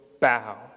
bow